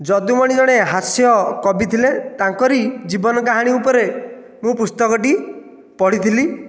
ଯଦୁମଣି ଜଣେ ହାସ୍ୟ କବି ଥିଲେ ତାଙ୍କରି ଜୀବନ କାହାଣୀ ଉପରେ ମୁଁ ପୁସ୍ତକଟି ପଢ଼ିଥିଲି